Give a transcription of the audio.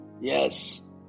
Yes